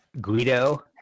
guido